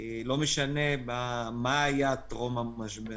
לא משנה מה היה טרום המשבר,